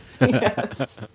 Yes